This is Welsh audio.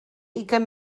ugain